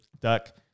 duck